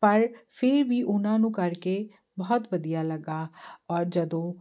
ਪਰ ਫਿਰ ਵੀ ਉਹਨਾਂ ਨੂੰ ਕਰਕੇ ਬਹੁਤ ਵਧੀਆ ਲੱਗਾ ਔਰ ਜਦੋਂ